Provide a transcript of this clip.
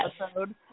episode